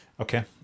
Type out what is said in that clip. okay